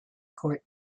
court